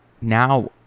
now